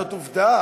זאת עובדה.